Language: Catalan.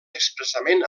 expressament